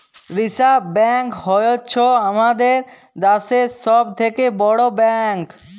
reserve bank হ্য়চ্ছ হামাদের দ্যাশের সব থেক্যে বড় ব্যাঙ্ক